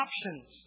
options